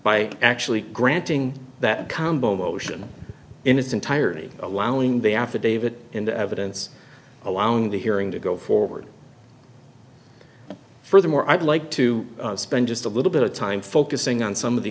by actually granting that combo motion in its entirety allowing the affidavit in the evidence allowing the hearing to go forward furthermore i'd like to spend just a little bit of time focusing on some of the